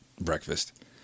breakfast